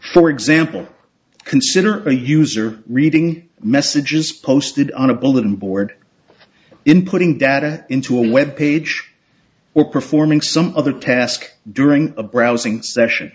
for example consider a user reading messages posted on a bulletin board inputting data into a web page or performing some other task during a browsing session